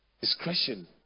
Discretion